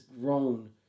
grown